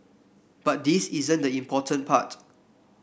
but this isn't the important part